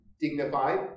dignified